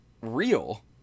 real